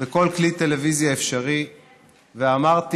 בכל כלי טלוויזיה אפשרי ואמרתי